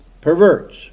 perverts